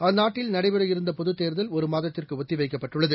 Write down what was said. அந்நாட்டல் நடைபெறவிருந்தபொதுத்தேர்தல் ஒருமாதத்திற்குஒத்திவைக்கப்பட்டுளளது